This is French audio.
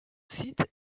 site